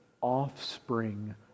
Offspring